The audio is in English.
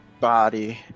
body